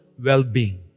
well-being